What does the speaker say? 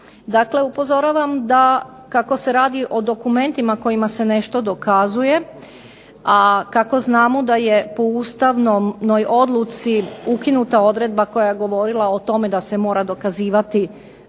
Dakle, upozoravam da, kako se radi o dokumentima kojima se nešto dokazuje, a kako znamo da je po ustavnoj odluci ukinuta odredba koja je govorila o tome da se mora dokazivati